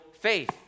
faith